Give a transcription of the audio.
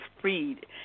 freed